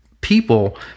people